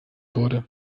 wurde